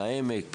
העמק,